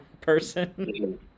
person